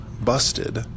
busted